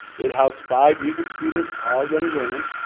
it housed five music students. all young women.